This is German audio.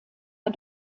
der